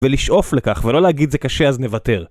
ולשאוף לכך ולא להגיד זה קשה אז נוותר